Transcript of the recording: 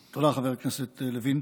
תודה, חבר הכנסת לוין.